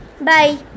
Bye